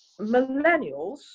Millennials